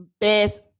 best